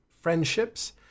friendships